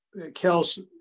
Kels